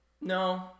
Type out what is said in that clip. No